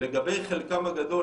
לגבי חלקם הגדול,